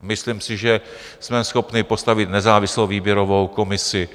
A myslím si, že jsme schopni postavit nezávislou výběrovou komisi.